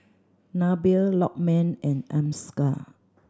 Nabil Lokman and Amsyar